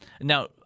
now